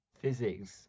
physics